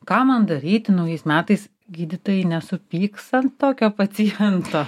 ką man daryti naujais metais gydytojai nesupyks ant tokio paciento